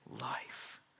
Life